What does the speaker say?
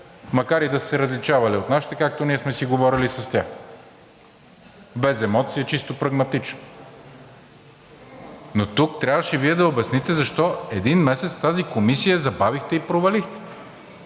макар да са се различавали от нашите, както ние сме си говорили с тях – без емоции, чисто прагматично. Но тук трябваше Вие да обясните защо един месец тази комисия я забавихте и провалихте.